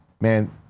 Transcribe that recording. man